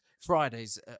Fridays